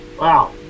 Wow